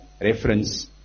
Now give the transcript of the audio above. reference